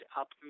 up